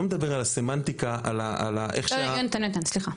מדבר על הסמנטיקה --- לא יהונתן סליחה,